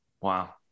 Wow